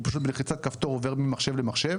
הוא פשוט בלחיצת כפתור עובר ממחשב למחשב